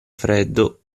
freddo